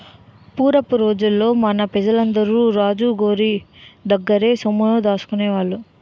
పూరపు రోజుల్లో మన పెజలందరూ రాజు గోరి దగ్గర్నే సొమ్ముల్ని దాసుకునేవాళ్ళు